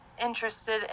Interested